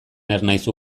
ernaizu